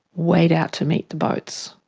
wade out to meet the boats.